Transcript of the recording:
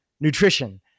nutrition